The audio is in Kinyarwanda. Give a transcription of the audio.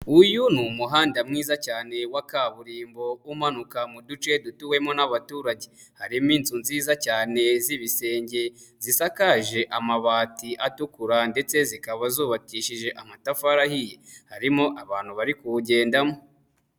Uyu ni umuhanda mwiza cyane wa kaburimbo umanuka mu duce dutuwemo n'abaturage, harimo inzu nziza cyane z'ibisenge, zisakaje amabati atukura ndetse zikaba zubakishije amatafari ahiye, harimo abantu bari kuwugendamo.